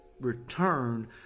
return